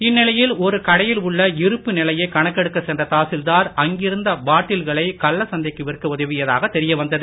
இந்நிலையில் ஒரு கடையில் உள்ள இருப்பு நிலையை கணக்கெடுக்க சென்ற தாசில்தார் அங்கிருந்த பாட்டில்களை கள்ள சந்தைக்கு விற்க உதவியதாக தெரிய வந்தது